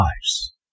lives